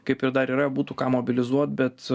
kaip ir dar yra būtų ką mobilizuot bet